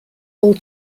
all